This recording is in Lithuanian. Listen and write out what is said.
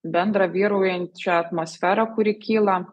bendrą vyraujančią atmosferą kuri kyla